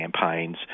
campaigns